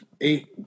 eight